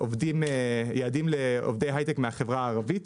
יעדים לעובדי היי-טק מהחברה הערבית